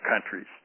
countries